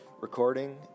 Recording